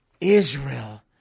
Israel